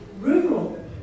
rural